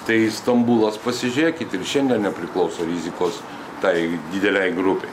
tai stambulas pasižiūrėkit ir šiandien nepriklauso rizikos tai didelei grupei